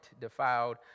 defiled